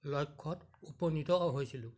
লক্ষ্যত উপনীত হৈছিলোঁ